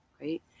right